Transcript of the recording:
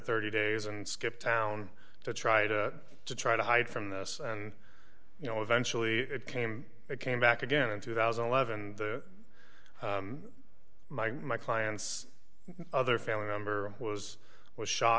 thirty days and skipped town to try to to try to hide from this and you know eventually it came it came back again in two thousand and eleven and my my client's other family member was was shot